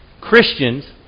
Christians